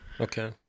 Okay